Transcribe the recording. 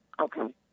Okay